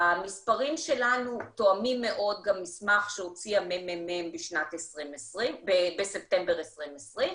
המספרים שלנו תואמים מאוד גם מסמך שהוציא הממ"מ בספטמבר 2020,